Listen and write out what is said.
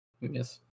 Yes